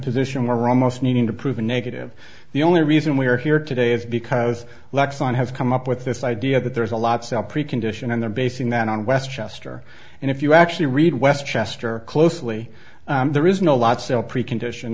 position we're almost needing to prove a negative the only reason we're here today is because lex on have come up with this idea that there's a lot sal pre condition and they're basing that on westchester and if you actually read west chester closely there is no lot still pre condition